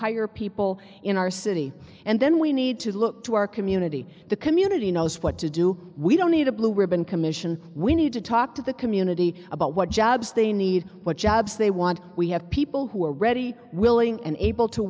hire people in our city and then we need to look to our community the community knows what to do we don't need a blue ribbon commission we need to talk to the community about what jobs they need what jobs they want we have people who are ready willing and able to